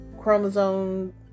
chromosome